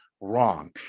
wrong